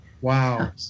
wow